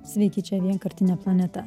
sveiki čia vienkartinė planeta